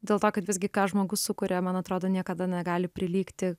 dėl to kad visgi ką žmogus sukuria man atrodo niekada negali prilygti